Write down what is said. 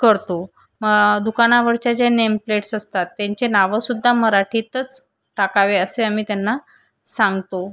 करतो दुकानावरच्या ज्या नेमप्लेट्स असतात त्यांचे नावंसुद्धा मराठीतच टाकावे असे आम्ही त्यांना सांगतो